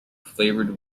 flavored